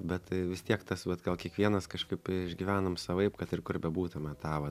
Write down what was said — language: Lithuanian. bet vis tiek tas vat gal kiekvienas kažkaip išgyvenam savaip kad ir kur bebūtume tą vat